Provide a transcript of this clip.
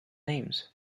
names